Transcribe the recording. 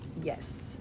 yes